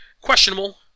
questionable